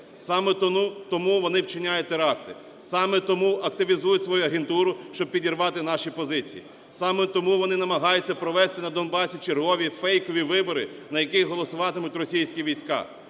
Саме тому вони вчиняють теракти. Саме тому активізують свою агентуру, щоб підірвати наші позиції. Саме тому вони намагаються провести на Донбасі чергові фейкові вибори, на яких голосуватимуть російські війська.